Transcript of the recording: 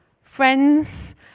friends